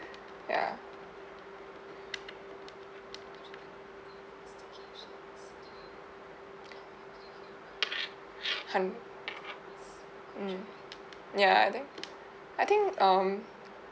ya hun~ mm ya I think I think um